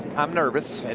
i'm nervous. and